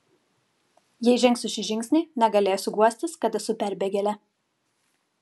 jei žengsiu šį žingsnį negalėsiu guostis kad esu perbėgėlė